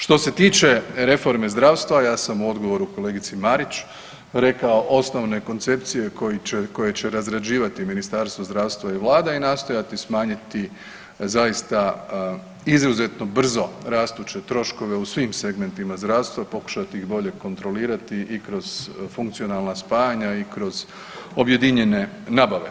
Što se tiče reforme zdravstva ja sam u odgovoru kolegici Marić rekao osnovne koncepcije koje će razrađivati Ministarstvo zdravstva i vlada i nastojati smanjiti zaista izuzetno brzo rastuće troškove u svim segmentima zdravstva i pokušati ih bolje kontrolirati i kroz funkcionalna spajanja i kroz objedinjene nabave.